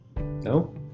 No